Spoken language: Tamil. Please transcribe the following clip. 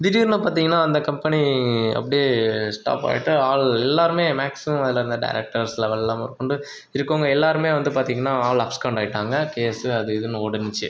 திடீர்னு பார்த்தீங்கன்னா அந்த கம்பெனி அப்படியே ஸ்டாப் ஆகிட்டு ஆள் எல்லோருமே மேக்ஸிமம் அதில் இருந்த டேரக்டர்ஸ் லெவலில் முதக்கொண்டு இருக்கறவங்க எல்லோருமே வந்து பார்த்தீங்கன்னா ஆள் அப்ஸ்காண்ட் ஆகிட்டாங்க கேஸ் அது இதுன்னு ஓடுனுச்சு